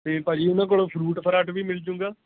ਅਤੇ ਭਾਅ ਜੀ ਉਹਨਾਂ ਕੋਲੋਂ ਫਰੂਟ ਫਰਾਟ ਵੀ ਮਿਲ ਜੂਗਾ